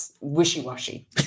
wishy-washy